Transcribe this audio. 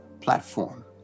platform